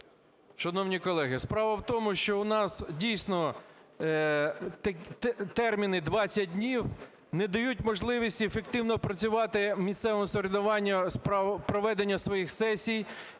Шановні колеги, справа в тому, що у нас, дійсно, терміни 20 днів не дають можливість ефективно працювати місцевому самоврядуванню з проведення своїх сесій